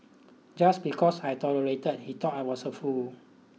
just because I tolerated he thought I was a fool